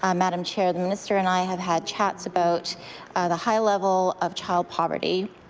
um madam chair, the minister and i have had chats about the high level of child poverty.